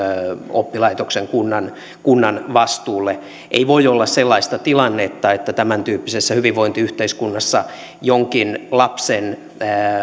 oppilaitoksen kunnan kunnan vastuulle ei voi olla sellaista tilannetta että tämäntyyppisessä hyvinvointiyhteiskunnassa jonkun lapsen